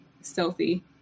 stealthy